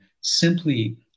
simply